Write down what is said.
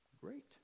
great